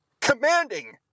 commanding